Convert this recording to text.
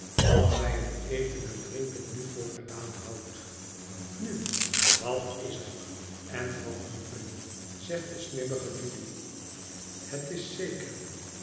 dat zij het eten en drinken nu voor gedaan houdt nu wat is er en wat moet men zegt de snibbige judy het is zeker